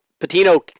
Patino